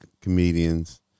comedians